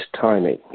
timing